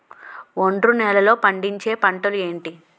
ఒండ్రు నేలలో పండించే పంటలు ఏంటి?